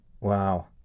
Wow